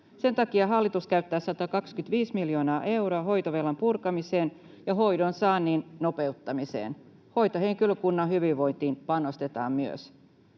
Sen takia hallitus käyttää 125 miljoonaa euroa hoitovelan purkamiseen ja hoidon saannin nopeuttamiseen. Hoitohenkilökunnan hyvinvointiin panostetaan myös.